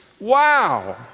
Wow